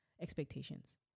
expectations